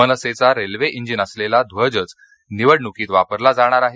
मनसेचा railway engine असलेला ध्वजच निवडणूकीत वापरला जाणार आहे